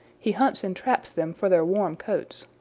he hunts and traps them for their warm coats.